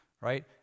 Right